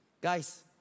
Guys